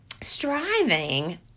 striving